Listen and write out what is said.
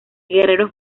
guerreros